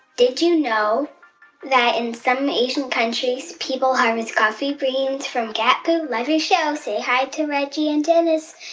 did you know that in some asian countries, people harvest coffee beans from cat poo? love your show. say hi to reggie and dennis,